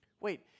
wait